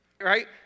Right